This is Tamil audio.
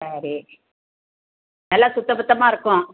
சரி நல்லா சுத்த பத்தமாக இருக்கும்